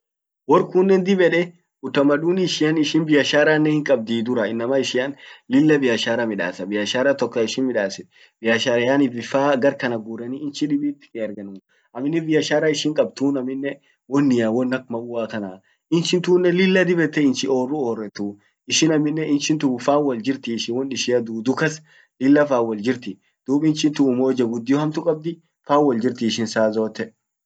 Wor kunnen dib ede utamadunia ishian, biasharannen hinkabdi duran inama ishianen lilla biashara midas, biashara tok taishin midassit, biashara yaani vifaa gar kana gureni inchi dibit ergen. Amminen biashara ishin kabd tun, amminen wonnia won ak wauwa. inchin tunnen ichi lilla dib ete inchi orru orretu, ishin amminen inchin tun ufam woljirti won ishia dudu kas lilla faan wol jirti. dub inchin tun umoja guddio hamtu kabdi, faan woljirti ishin saa zote.